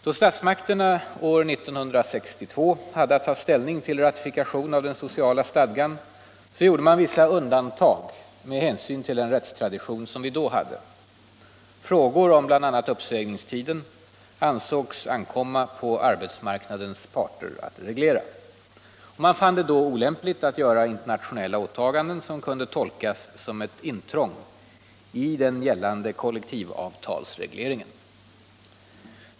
Då statsmakterna år 1962 hade att ta ställning till ratifikation av den sociala stadgan gjordes vissa undantag med hänsyn till den rättstradition som vi då hade. Frågor om bl.a. uppsägningstid ansågs ankomma på arbetsmarknadens parter att reglera. Man fann det då olämpligt att göra internationella åtaganden som kunde tolkas som ett intrång i den gällande kollektivavtalsregleringen.